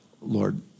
Lord